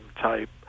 type